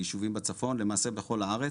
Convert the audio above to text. בישובים בצפון ולמעשה בכל הארץ.